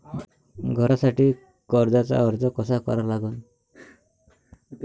घरासाठी कर्जाचा अर्ज कसा करा लागन?